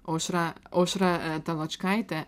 aušra aušra taločkaitė